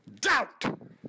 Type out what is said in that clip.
doubt